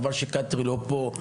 חבל ש --- לא פה.